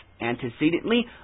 antecedently